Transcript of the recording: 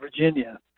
Virginia